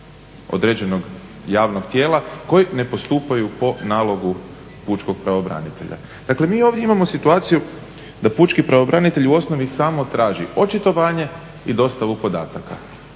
određenog javnog tijela koji ne postupaju po nalogu pučkog pravobranitelja. Dakle, mi ovdje imamo situaciju da pučki pravobranitelj u osnovi samo traži očitovanje i dostavu podataka.